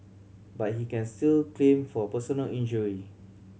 but he can still claim for personal injury